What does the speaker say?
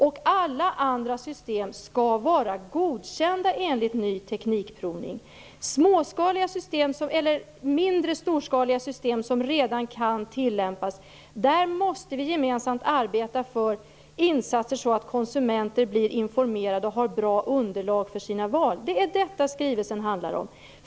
Och alla andra system skall vara godkända enligt ny teknikprovning. I fråga om mindre storskaliga system som redan kan tillämpas måste vi gemensamt arbeta för insatser så att konsumenterna blir informerade och har bra underlag för sina val. Det är detta som skrivelsen handlar om.